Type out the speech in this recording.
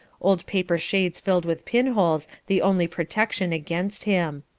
old paper shades filled with pin holes the only protection against him.